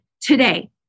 today